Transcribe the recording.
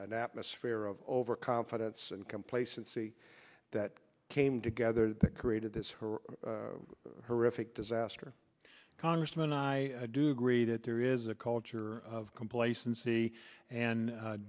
a sphere of overconfidence and complacency that came together that created this her horrific disaster congressman i do agree that there is a culture of complacency and